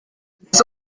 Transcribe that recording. das